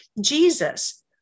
Jesus